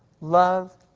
love